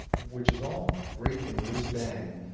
which is all great and whiz bang.